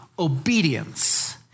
Obedience